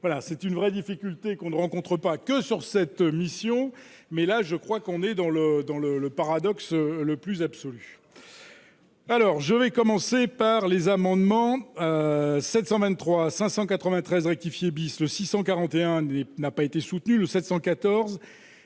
voilà, c'est une vraie difficulté qu'on ne rencontre pas que sur cette mission, mais là je crois qu'on est dans le dans le le paradoxe le plus absolu. Alors je vais commencer par les amendements 723 593 rectifié bis le 641 n'a pas été soutenu le 714